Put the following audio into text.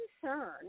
concern